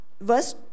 verse